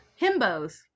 Himbos